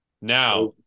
now